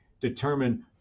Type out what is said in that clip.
determine